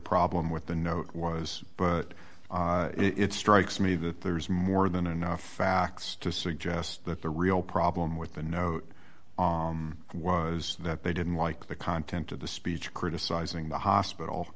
problem with the note was but it strikes me that there's more than enough facts to suggest that the real problem with the note was that they didn't like the content of the speech criticizing the hospital